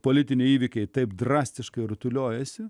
politiniai įvykiai taip drastiškai rutuliojasi